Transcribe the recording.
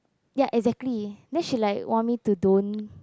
ya exactly then she like want me to don't